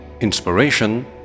inspiration